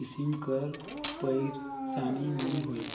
किसिम कर पइरसानी नी होए